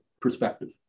perspective